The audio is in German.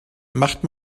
macht